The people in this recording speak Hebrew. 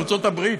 ארצות הברית.